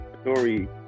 story